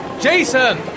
Jason